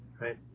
right